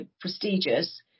prestigious